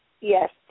Yes